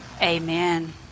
amen